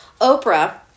Oprah